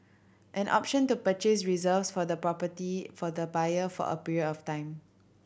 an option to purchase reserves for the property for the buyer for a period of time